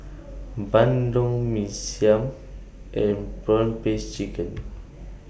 Bandung Mee Siam and Prawn Paste Chicken